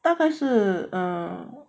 大概是 err